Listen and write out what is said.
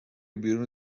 بیرون